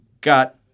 got